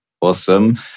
Awesome